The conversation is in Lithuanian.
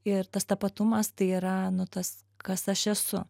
ir tas tapatumas tai yra nu tas kas aš esu